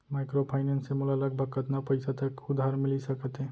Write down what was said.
Microfinance से मोला लगभग कतना पइसा तक उधार मिलिस सकत हे?